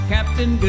Captain